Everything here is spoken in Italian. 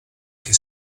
che